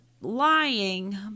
lying